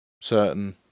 Certain